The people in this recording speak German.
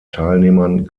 teilnehmern